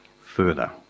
further